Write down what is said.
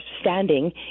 standing